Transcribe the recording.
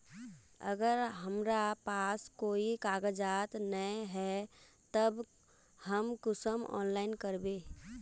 अगर हमरा पास कोई कागजात नय है तब हम कुंसम ऑनलाइन करबे?